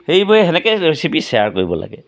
সেইবোৰে সেনেকেই recipe share কৰিব লাগে